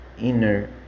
inner